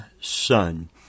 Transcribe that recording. son